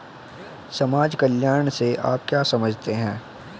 समाज कल्याण से आप क्या समझते हैं?